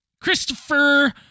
Christopher